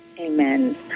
Amen